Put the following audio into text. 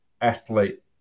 Athlete